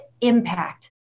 impact